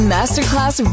Masterclass